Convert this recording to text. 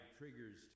triggers